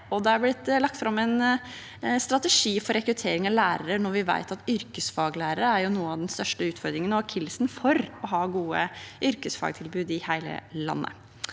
det er blitt lagt fram en strategi for rekruttering av lærere, for vi vet at yrkesfaglærere er noe av den største utfordringen og akilleshælen for å ha gode yrkesfagtilbud i hele landet.